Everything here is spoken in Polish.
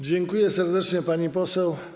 Dziękuję serdecznie, pani poseł.